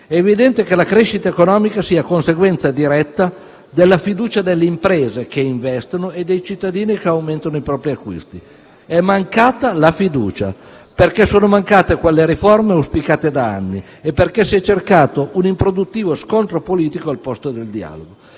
È evidente che la crescita economica sia conseguenza diretta della fiducia delle imprese che investono e dei cittadini che aumentano i propri acquisti. È mancata la fiducia, perché sono mancate quelle riforme auspicate da anni e perché si è cercato un improduttivo scontro politico al posto del dialogo.